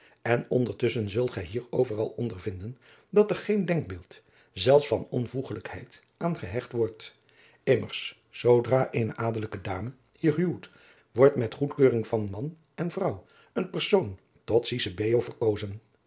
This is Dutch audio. en ondertusschen zult gij hier overal onadriaan loosjes pzn het leven van maurits lijnslager dervinden dat er geen denkbeeld zelfs van onvoegelijkheid aan gehecht wordt immers zoodra eene adelijke dame hier huwt wordt met goedkeuring van man en vrouw een persoon tot cicisbeo verkozen